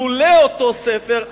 לולא אותו ספר,